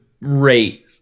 rate